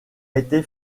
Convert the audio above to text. été